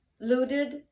looted